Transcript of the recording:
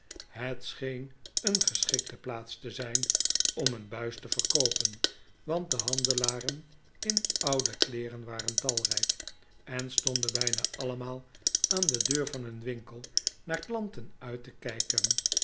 het scheen een geschikte plaats te zijn om een buis te verkoopen want de handelaren in oude kleeren waren talrijk en stonden bijna allemaal aan de deur van hun winkel naar klanten uit te kijken